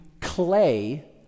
clay